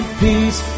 peace